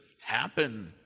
happen